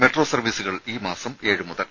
metro സർവ്വീസുകൾ ഈ മാസം ഏഴ് മുതൽ